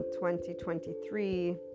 2023